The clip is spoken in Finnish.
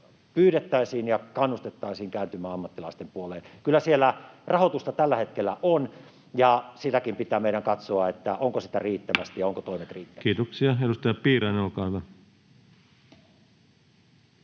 pyydettäisiin ja kannustettaisiin kääntymään ammattilaisten puoleen. Kyllä siellä rahoitusta tällä hetkellä on, ja sitäkin meidän pitää katsoa, että onko sitä riittävästi ja ovatko toimet riittäviä. [Speech 54] Speaker: Ensimmäinen varapuhemies